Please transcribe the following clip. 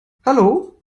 hallo